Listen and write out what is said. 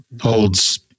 holds